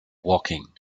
woking